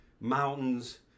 mountains